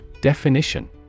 Definition